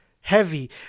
heavy